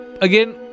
Again